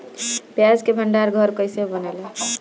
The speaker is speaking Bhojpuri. प्याज के भंडार घर कईसे बनेला?